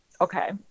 Okay